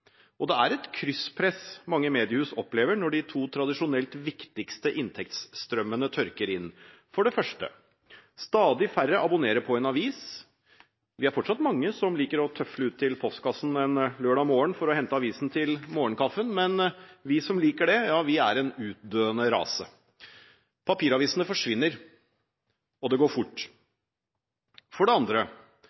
tid. Det er et krysspress mange mediehus opplever når de to tradisjonelt viktigste inntektsstrømmene tørker inn. For det første: Stadig færre abonnerer på en avis. Vi er fortsatt mange som liker å tøfle ut til postkassen en lørdag morgen for å hente avisen til morgenkaffen. Men vi som liker det, er en utdøende rase. Papiravisene forsvinner, og det går fort. For det andre: